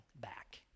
back